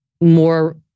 More